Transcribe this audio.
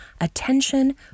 attention